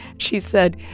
she said,